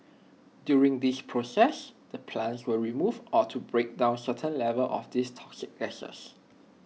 during this process the plants will remove or to break down certain levels of these toxic gases